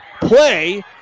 play